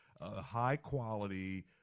high-quality